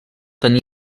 tenir